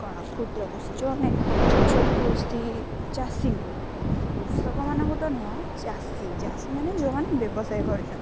କ'ଣ କ୍ଷୁଦ୍ର କୃଷି ଯେଉଁମାନେ ଛୋଟ ଛୋଟ କୃଷି ଚାଷୀଙ୍କୁ କୃଷକମାନଙ୍କୁ ତ ନୁହଁ ଚାଷୀ ଚାଷୀମାନେ ଯେଉଁମାନେ ବ୍ୟବସାୟ କରିଛନ୍ତି